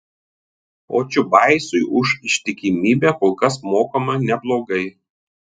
o čiubaisui už ištikimybę kol kas mokama neblogai